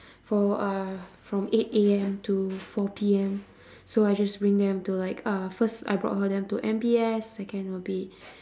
for uh from eight A_M to four P_M so I just bring them to like uh first I brought her them to M_B_S second will be